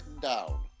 down